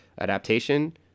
Adaptation